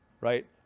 right